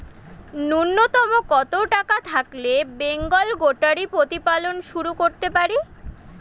নূন্যতম কত টাকা থাকলে বেঙ্গল গোটারি প্রতিপালন শুরু করতে পারি?